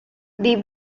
the